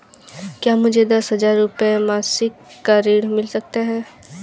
क्या मुझे दस हजार रुपये मासिक का ऋण मिल सकता है?